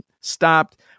stopped